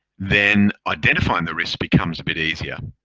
then identifying the risk becomes a bit easier,